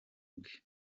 bwe